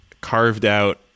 carved-out